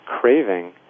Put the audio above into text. craving